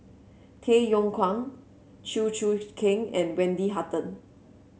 Tay Yong Kwang Chew Choo Keng and Wendy Hutton